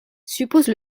supposent